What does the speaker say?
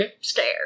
scared